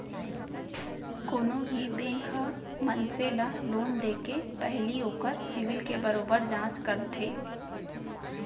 कोनो भी बेंक ह मनसे ल लोन देके पहिली ओखर सिविल के बरोबर जांच करथे